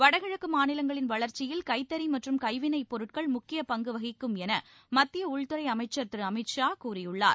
வடகிழக்கு மாநிலங்களின் வளர்ச்சியில் கைத்தறி மற்றும் கைவிளைப் பொருட்கள் முக்கிய பங்கு வகிக்கும் என மத்திய உள்துறை அமைச்சர் திரு அமித் ஷா கூறியுள்ளார்